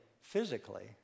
physically